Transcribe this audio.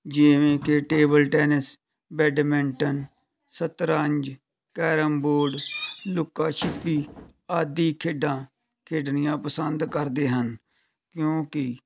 ਜਿਵੇਂ ਕਿ table tennis badminton ਸ਼ਤਰੰਜ ਕੈਰਮ ਬੋਰਡ ਲੁਕਾ ਛੁਪੀ ਆਦਿ ਖੇਡਾਂ ਖੇਡਣੀਆਂ ਪਸੰਦ ਕਰਦੇ ਹਨ ਕਿਉਂਕਿ